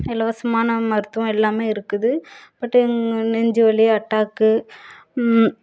இலவசமான மருத்துவம் எல்லாமே இருக்குது பட் நெஞ்சுவலி அட்டாக்கு